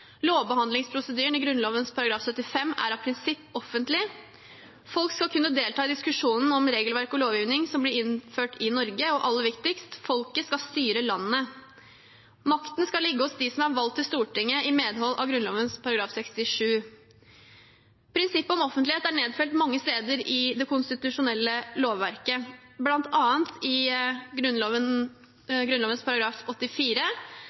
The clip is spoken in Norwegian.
Lovbehandlingsprosedyren i Grunnloven § 75 er av prinsipp offentlig. Folk skal kunne delta i diskusjonen om regelverk og lovgivning som blir innført i Norge. Og aller viktigst: Folket skal styre landet. Makten skal ligge hos dem som er valgt til Stortinget i medhold av Grunnloven § 67. Prinsippet om offentlighet er nedfelt mange steder i det konstitusjonelle lovverket, bl.a. i Grunnloven § 84,